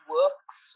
works